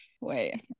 Wait